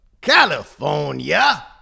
California